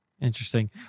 Interesting